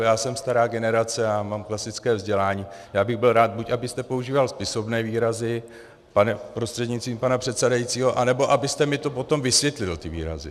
Já jsem stará generace a mám klasické vzdělání, byl bych rád, buď abyste používal spisovné výrazy prostřednictvím pana předsedajícího, anebo abyste mi to potom vysvětlil, ty výrazy.